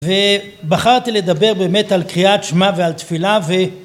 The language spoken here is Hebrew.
ובחרתי לדבר באמת על קריאת שמע ועל תפילה ו...